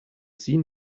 seen